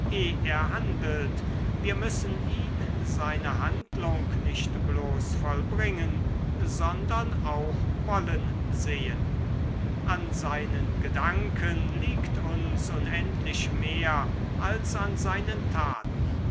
handelt wir müssen ihn seine handlung nicht bloß vollbringen sondern auch wollen sehen an seinen gedanken liegt uns unendlich mehr als an seinen taten